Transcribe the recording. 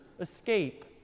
escape